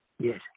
Yes